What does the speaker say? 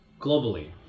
globally